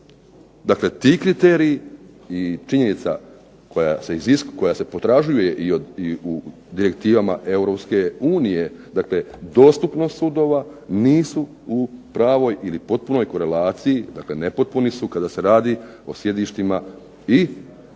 Dakle, ti kriteriji i činjenica koja se potražuje i u Direktivama Europske unije, dakle dostupnost sudova nisu u pravoj ili potpunoj korelaciji. Dakle, nepotpuni su kada se radi o sjedištima i županijskih